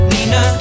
Nina